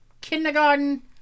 Kindergarten